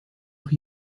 noch